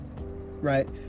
right